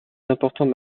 importants